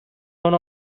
one